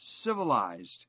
civilized